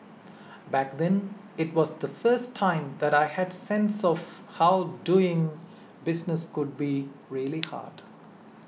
back then it was the first time that I had a sense of how doing business could be really hard